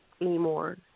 anymore